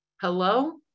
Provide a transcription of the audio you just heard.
hello